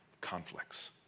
conflicts